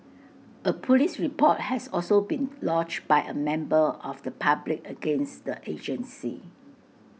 A Police report has also been lodged by A member of the public against the agency